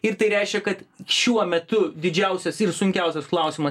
ir tai reiškia kad šiuo metu didžiausias ir sunkiausias klausimas